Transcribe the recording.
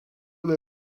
they